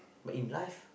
but in life